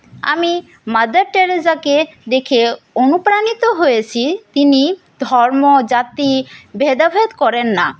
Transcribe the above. আমি মাদার টেরেসাকে দেখে অনুপ্রাণিত হয়েছি তিনি ধর্ম জাতি ভেদাভেদ করেন না